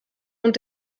und